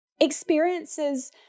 experiences